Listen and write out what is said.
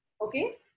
Okay